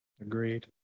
Agreed